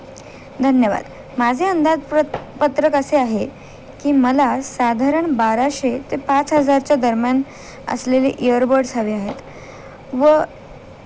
धन्यवाद माझे अंदाजप्र पत्रक असे आहे की मला साधारण बाराशे ते पाच हजारच्या दरम्यान असलेले इयरबड्स हवे आहेत व